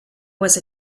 was